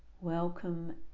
welcome